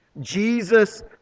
Jesus